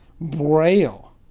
Braille